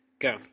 Go